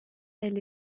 elle